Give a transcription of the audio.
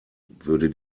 würde